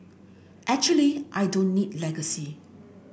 actually I don't need legacy